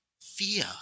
fear